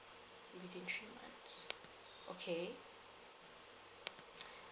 within three months okay